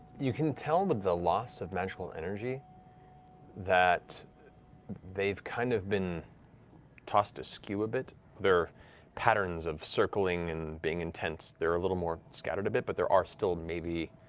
you can tell with the loss of magical energy that they've kind of been tossed askew a bit. their patterns of circling and being intent, they're a little more scattered a bit, but there are still maybe